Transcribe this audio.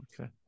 Okay